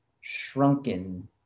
shrunken